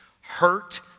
Hurt